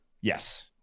Yes